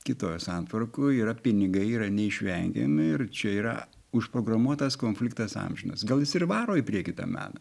kitoj santvarkoj yra pinigai yra neišvengiami ir čia yra užprogramuotas konfliktas amžinas gal jis ir varo į priekį tą meną